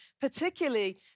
particularly